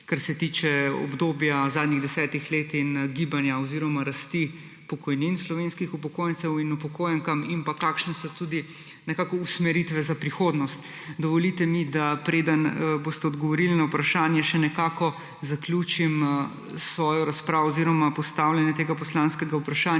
kar se tiče obdobja zadnjih desetih let in gibanja oziroma rasti pokojnin slovenskih upokojencev in upokojenk ter kakšne so tudi nekako usmeritve za prihodnost. Dovolite mi, preden boste odgovorili na vprašanje, da še nekako zaključim svojo razpravo oziroma postavljanje tega poslanskega vprašanja